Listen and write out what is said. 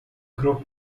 group